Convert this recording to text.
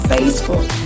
Facebook